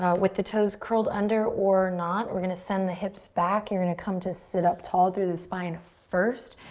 with the toes curled under or not we're gonna send the hips back. you're gonna come to sit up tall through the spine first.